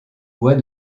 bois